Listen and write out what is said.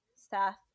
staff